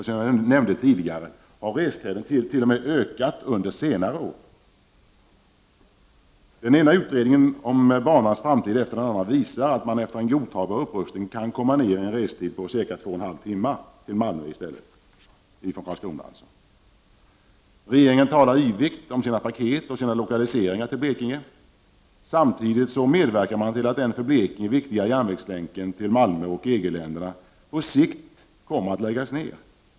Som jag nämnde tidigare har restiden t.o.m. ökat under senare år. Den ena utredningen om banans framtid efter den andra visar att man efter en godtagbar upprustning kan komma ner i en restid på 2,5 timmar i stället till Malmö från Karlskrona. Regeringen talar yvigt om sina paket och sina lokaliseringar till Blekinge. Samtidigt medverkar man till att den för Blekinge viktiga järnvägslänken till Malmö och EG-länderna på sikt kommer att läggas ner.